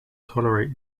tolerate